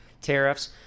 tariffs